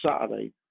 Saturday